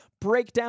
breakdown